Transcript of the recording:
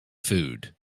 food